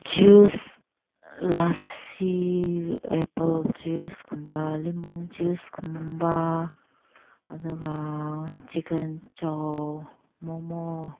juice lassi apple ꯖꯨꯁꯀꯨꯝꯕ lemon ꯖꯨꯁꯀꯨꯝꯕ ꯑꯗꯨꯒ ꯆꯤꯀꯟ ꯆꯧ ꯃꯣꯃꯣ